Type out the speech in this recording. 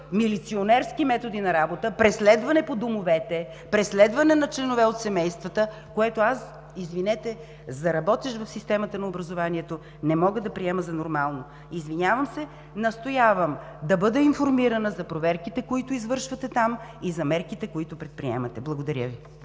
милиционерски методи на работа, преследване по домовете, преследване на членове от семействата, което аз, извинете, като работещ в системата на образованието, не мога да приема за нормално. Извинявам се, настоявам да бъда информирана за проверките, които извършвате там и за мерките, които предприемате. Благодаря Ви.